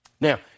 Now